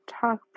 Talk